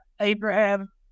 Abraham